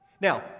Now